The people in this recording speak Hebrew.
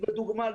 לדוגמה,